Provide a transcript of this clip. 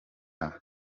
arua